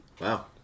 Wow